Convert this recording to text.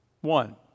One